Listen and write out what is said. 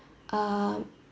um